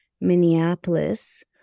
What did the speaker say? Minneapolis